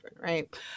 right